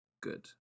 Good